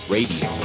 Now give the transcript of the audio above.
Radio